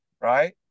right